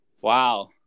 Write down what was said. wow